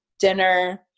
dinner